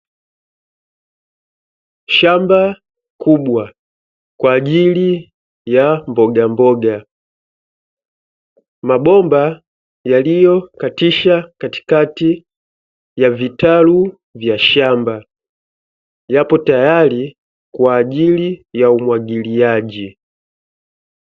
Shamba kubwa kwa ajili ya mboga mboga, mabomba yaliyokatisha katikati ya vitalu vya shamba, yapo tayari kwa ajili ya umwagiliaji.